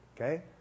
okay